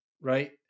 Right